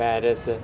Paris